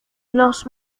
los